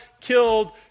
killed